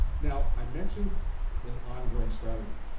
now i mentioned an ongoing strategy.